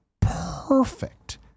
perfect